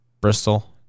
bristol